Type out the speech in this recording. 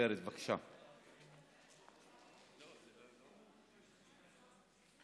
זה בטרומית ונדון על זה בוועדה.